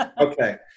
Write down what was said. Okay